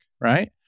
right